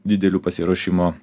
didelių pasiruošimo